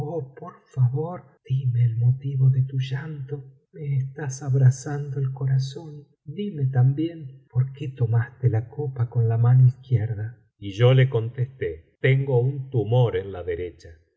el motivo de tu llanto me estás abrasando el corazón dime también por qué tomaste la copa con la mano izquierda y yo le contesté tengo un tumor en la derecha y